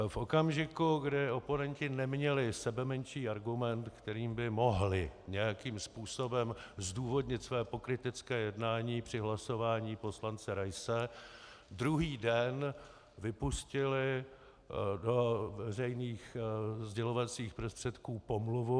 V okamžiku, kdy oponenti neměli sebemenší argument, kterým by mohli nějakým způsobem zdůvodnit své pokrytecké jednání při hlasování poslance Raise, druhý den vypustili do veřejných sdělovacích prostředků pomluvu.